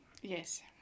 Yes